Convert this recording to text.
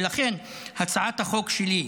ולכן הצעת החוק שלי,